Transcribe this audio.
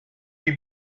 you